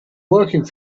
working